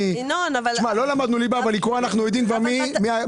לא למדנו ליבה אבל לקרוא אנחנו יודעים מהמכינה.